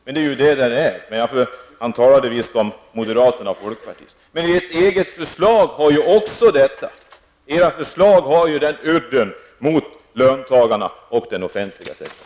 Men han talade visst om moderaterna och folkpartisterna. Men också socialdemokraternas förslag har udden mot löntagarna och den offentliga sektorn.